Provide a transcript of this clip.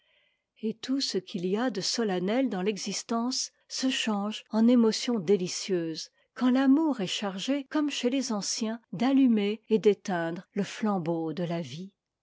et tout ce qu'il y a de solennel dans l'existence se change en émotions délicieuses quand l'amour est chargé comme chez les anciens d'allumer et d'éteindre le flambeau de la vie